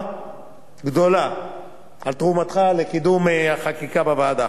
וגדולה על תרומתך לקידום החקיקה בוועדה.